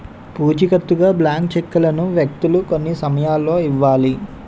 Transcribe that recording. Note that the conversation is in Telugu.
పూచికత్తుగా బ్లాంక్ చెక్కులను వ్యక్తులు కొన్ని సమయాల్లో ఇవ్వాలి